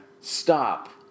Stop